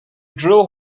drill